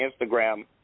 Instagram